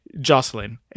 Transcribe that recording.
Jocelyn